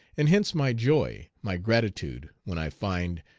and hence my joy, my gratitude, when i find,